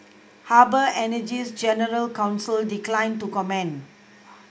Harbour Energy's general counsel declined to comment